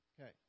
Okay